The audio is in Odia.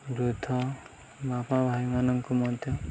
ବୃଦ୍ଧ ବାପା ଭାଇମାନଙ୍କୁ ମଧ୍ୟ